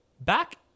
back